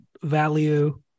value